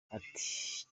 ati